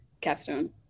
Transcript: Capstone